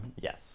Yes